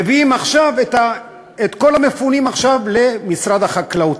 מביאים עכשיו את כל המפונים למשרד החקלאות.